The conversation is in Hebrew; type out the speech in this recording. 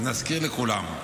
אז נזכיר לכולם.